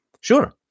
Sure